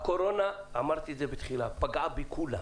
אמרתי כבר שהקורונה פגעה בכולם.